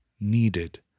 needed